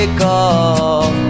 call